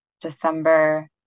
December